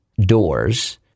doors